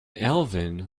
alvin